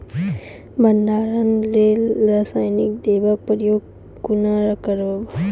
भंडारणक लेल रासायनिक दवेक प्रयोग कुना करव?